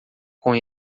com